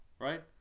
Right